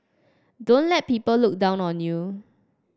don't let people look down on you